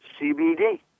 CBD